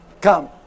come